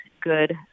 good